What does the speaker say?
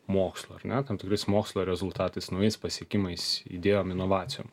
mokslu ar ne tam tikrais mokslo rezultatais naujais pasiekimais idėjom inovacijom